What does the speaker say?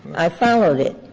i followed it.